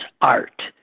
art